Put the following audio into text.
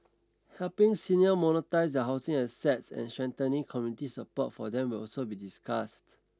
helping seniors monetise their housing assets and strengthening community support for them will also be discussed